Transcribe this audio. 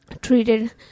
treated